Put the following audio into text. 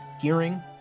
hearing